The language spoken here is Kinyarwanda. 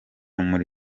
muri